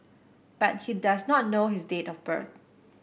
but he does not know his date of birth